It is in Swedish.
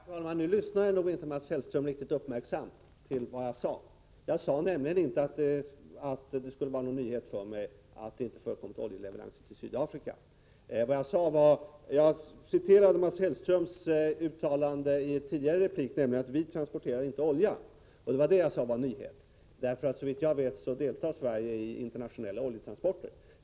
Herr talman! Nu lyssnade nog inte Mats Hellström riktigt uppmärksamt till vad jag sade. Jag sade inte att det skulle vara någon nyhet för mig att det inte förekommit oljeleveranser till Sydafrika. Jag kommenterade bara Mats Hellströms uttalande i en tidigare replik om att vi inte transporterar olja. Det var detta som var en nyhet, eftersom Sverige, såvitt jag vet, deltar i internationella oljetransporter.